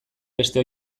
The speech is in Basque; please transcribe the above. beste